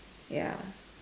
ya